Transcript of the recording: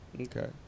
Okay